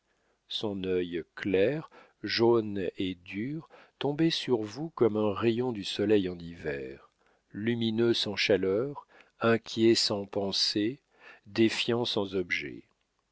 son œil clair jaune et dur tombait sur vous comme un rayon du soleil en hiver lumineux sans chaleur inquiet sans pensée défiant sans objet